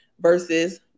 versus